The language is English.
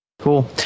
cool